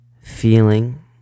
feeling